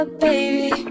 baby